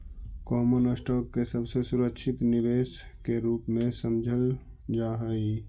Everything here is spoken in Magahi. कॉमन स्टॉक के सबसे सुरक्षित निवेश के रूप में समझल जा हई